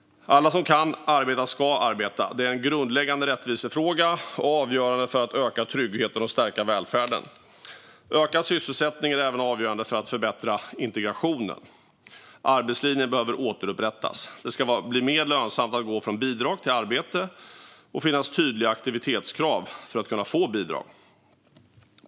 Alla som kan arbeta ska arbeta. Det är en grundläggande rättvisefråga och avgörande för att öka tryggheten och stärka välfärden. Ökad sysselsättning är även avgörande för att förbättra integrationen. Arbetslinjen behöver återupprättas. Det ska bli mer lönsamt att gå från bidrag till arbete, och det ska finnas tydliga aktivitetskrav för att man ska kunna få bidrag.